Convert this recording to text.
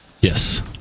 Yes